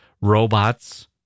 robots